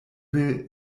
will